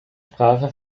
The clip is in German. sprache